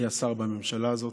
היה שר בממשלה הזאת,